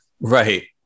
Right